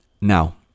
Now